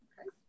Okay